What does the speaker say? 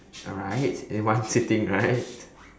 right in one sitting right